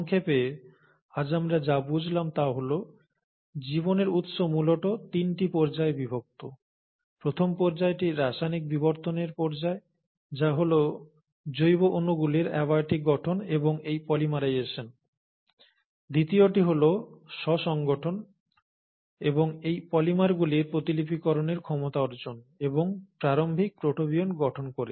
সংক্ষেপে আজ আমরা যা বুঝলাম তা হল জীবনের উৎস মূলত তিনটি পর্যায়ে বিভক্ত প্রথম পর্যায়টি রাসায়নিক বিবর্তনের পর্যায় যা হল জৈব অণুগুলির অ্যাবায়টিক গঠন এবং এর পলিমারাইজেশন দ্বিতীয়টি হল স্ব সংগঠন এবং এই পলিমারগুলির প্রতিলিপিকরনের ক্ষমতা অর্জন এবং প্রারম্ভিক প্রোটোবিয়ন্ট গঠন করে